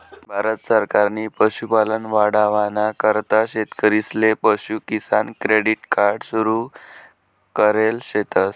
भारत सरकारनी पशुपालन वाढावाना करता शेतकरीसले पशु किसान क्रेडिट कार्ड सुरु करेल शेतस